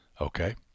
Okay